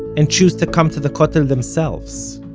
and choose to come to the kotel themselves.